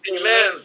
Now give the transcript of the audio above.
Amen